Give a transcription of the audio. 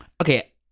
okay